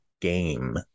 game